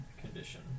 condition